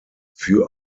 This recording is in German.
für